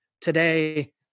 today